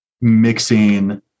mixing